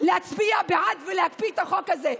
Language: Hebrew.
להצביע בעד ולהקפיא את החוק הזה.